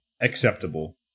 acceptable